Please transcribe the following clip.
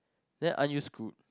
then aren't you screwed